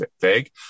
vague